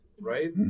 right